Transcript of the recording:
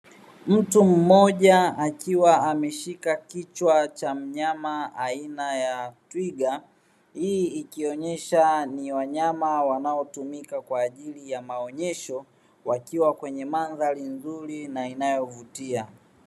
Mtu mmoja akiwa ameshika kichwa cha mnyama aina ya twiga hii ikionyesha ni wanyama wanaotumika kwa ajili ya maonyesho wakiwa kwenye mandhari nzuri na inayovutia.